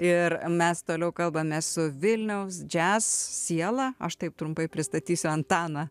ir mes toliau kalbame su vilniaus jazz siela aš taip trumpai pristatysiu antaną